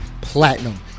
platinum